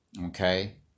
okay